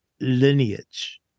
lineage